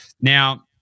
Now